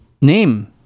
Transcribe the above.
name